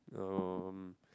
um